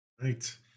right